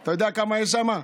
אתה יודע כמה יש שם?